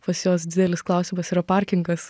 pas juos didelis klausimas yra parkingas